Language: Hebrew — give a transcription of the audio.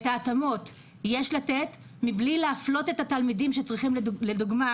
את ההתאמות יש לתת מבלי להפלות את התלמידים שצריכים לדוגמה